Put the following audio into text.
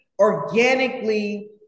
organically